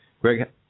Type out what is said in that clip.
Greg